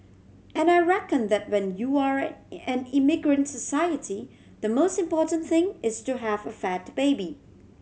and I reckon that when you're an immigrant society the most important thing is to have a fat baby